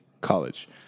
College